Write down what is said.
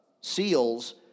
seals